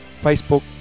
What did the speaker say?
Facebook